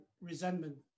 resentment